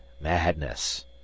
madness